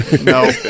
No